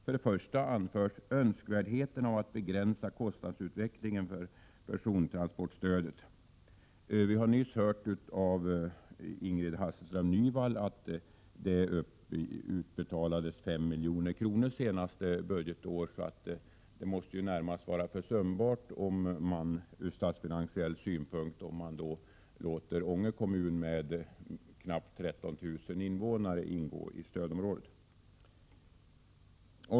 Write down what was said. För det första anförs önskvärdheten av att begränsa kostnadsutvecklingen för persontransportstödet. Vi har nyss hört av Ingrid Hasselström Nyvall att det utbetalades 5 milj.kr. under senaste budgetåret. Det måste ur statsfinansiell synpunkt vara närmast försumbart om man låter Ånge kommun med knappt 13 000 invånare ingå i stödområdet.